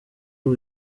ubu